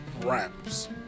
ramps